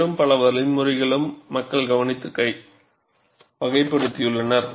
மேலும் பல வழிமுறைகளும் மக்கள் கவனித்து வகைப்படுத்தியுள்ளனர்